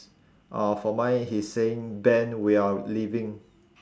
uh for mine he's saying ben we are leaving